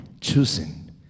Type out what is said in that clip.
choosing